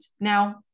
Now